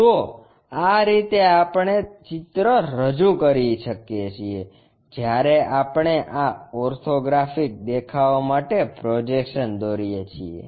તો આ રીતે આપણે ચિત્ર રજૂ કરીએ છીએ જ્યારે આપણે આ ઓર્થોગ્રાફિક દેખાવો માટે પ્રોજેક્શન્સ દોરીએ છીએ